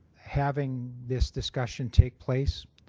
having this discussion take place